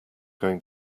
going